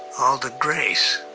all the grace,